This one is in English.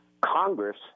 Congress